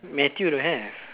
Matthew don't have